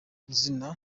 izina